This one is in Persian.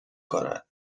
کند